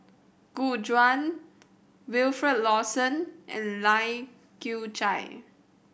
Gu Juan Wilfed Lawson and Lai Kew Chai